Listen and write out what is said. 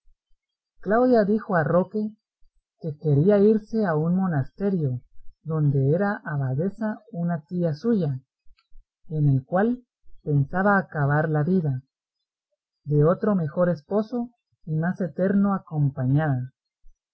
claudia dijo a roque que querría irse a un monasterio donde era abadesa una tía suya en el cual pensaba acabar la vida de otro mejor esposo y más eterno acompañada